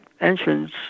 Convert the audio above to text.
entrance